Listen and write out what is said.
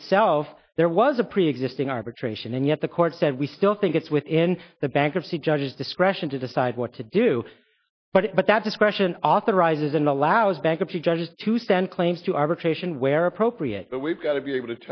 itself there was a preexisting arbitration and yet the court said we still think it's within the bankruptcy judge discretion to decide what to do but but that discretion authorizes and allows bankruptcy judges to stand claims to arbitration where appropriate but we've got to be able to